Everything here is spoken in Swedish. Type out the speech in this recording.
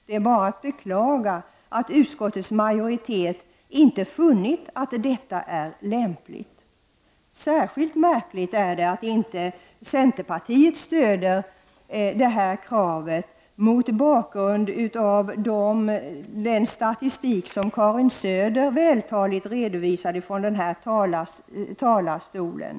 Det är bara att beklaga att utskottets majoritet inte har funnit att detta är lämpligt. Särskilt märkligt är det att inte centerpartiet stöder det här kravet mot bakgrund av den statistik som Karin Söder vältaligt redovisade från talarstolen.